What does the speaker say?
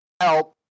help